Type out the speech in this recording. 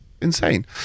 insane